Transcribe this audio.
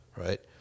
Right